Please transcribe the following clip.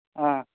ஆ